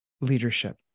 leadership